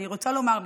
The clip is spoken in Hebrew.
אני רוצה לומר,